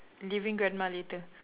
living grandma later